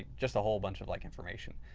just a whole bunch of like information.